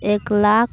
ᱮᱠ ᱞᱟᱠᱷ